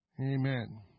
Amen